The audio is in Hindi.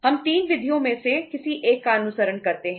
हम 3 विधियों में से किसी एक का अनुसरण कर सकते हैं